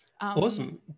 awesome